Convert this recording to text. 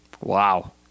Wow